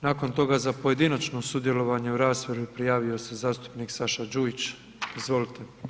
Nakon toga za pojedinačno sudjelovanje u raspravi prijavio se zastupnik Saša Đujić, izvolite.